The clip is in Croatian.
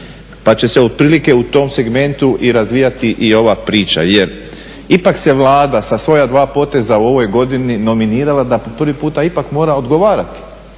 Pa će se otprilike u tom segmentu i razvijati i ova priča. Jer ipak se Vlada sa svoja dva poteza u ovoj godini nominirala da po prvi puta ipak mora odgovarati